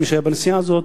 שהיה בנסיעה הזאת,